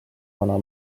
vana